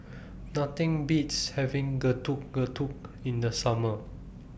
Nothing Beats having Getuk Getuk in The Summer